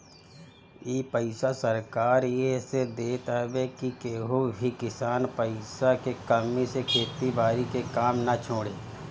इ पईसा सरकार एह से देत हवे की केहू भी किसान पईसा के कमी से खेती बारी के काम ना छोड़े